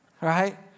right